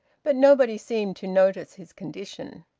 but nobody seemed to notice his condition.